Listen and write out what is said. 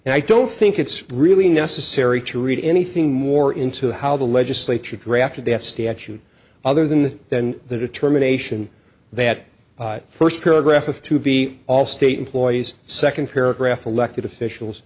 and i don't think it's really necessary to read anything more into how the legislature drafted that statute other than than the determination that first paragraph of to be all state employees second paragraph elected officials